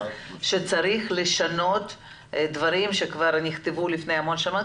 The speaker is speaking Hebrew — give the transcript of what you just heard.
שצריך לשנות דברים שכבר נכתבו לפני המון זמן,